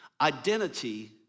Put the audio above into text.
Identity